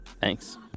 Thanks